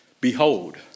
Behold